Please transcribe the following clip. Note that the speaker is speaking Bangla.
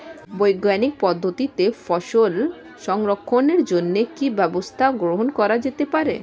বৈজ্ঞানিক পদ্ধতিতে ফসল সংরক্ষণের জন্য কি ব্যবস্থা গ্রহণ করা যেতে পারে?